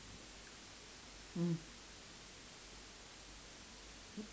mm